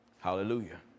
Hallelujah